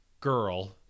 girl